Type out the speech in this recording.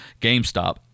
GameStop